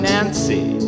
Nancy